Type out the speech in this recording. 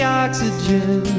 oxygen